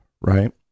right